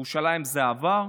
ירושלים זה העבר,